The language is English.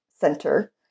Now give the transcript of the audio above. center